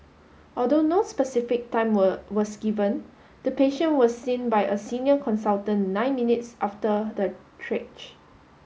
although no specific time were was given the patient was seen by a senior consultant nine minutes after the